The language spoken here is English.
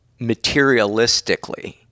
materialistically